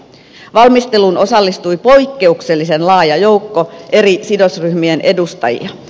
valmisteluun osallistui poikkeuksellisen laaja joukko eri sidosryhmien edustajia